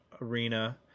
arena